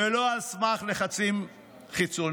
ולא על סמך לחצים חיצוניים.